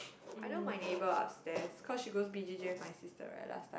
I know my neighbour upstairs because she goes B_J_J with my sister right last time